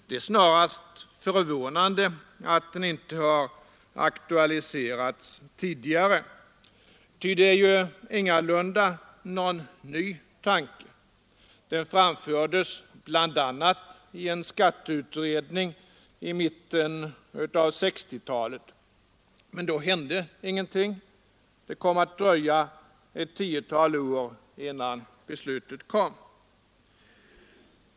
Det är snarast förvånande att den inte har aktualiserats tidigare, ty det är ju ingalunda någon ny tanke. Den framfördes bl.a. i en skatteutredning i mitten av 1960-talet. Men då hände ingenting. Det dröjde ett tiotal år innan beslutet kom.